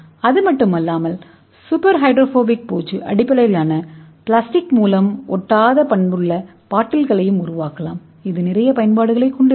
அது மட்டுமல்லாமல் super hydrophobic பூச்சு அடிப்படையிலான பிளாஸ்டிக் மூலம் அல்லாத குச்சி பாட்டில்களையும் உருவாக்கலாம் இது நிறைய பயன்பாடுகளைக் கொண்டிருக்கும்